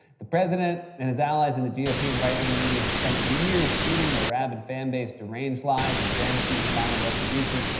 the president and his allies in the ah gop and right-wing media have spent years feeding their rabid fan base deranged lies and fantasies of violent retribution,